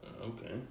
Okay